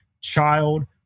child